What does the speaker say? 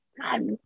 God